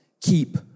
keep